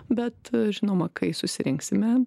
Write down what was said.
bet žinoma kai susirinksime